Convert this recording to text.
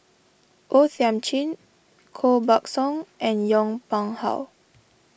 O Thiam Chin Koh Buck Song and Yong Pung How